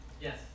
Yes